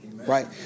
Right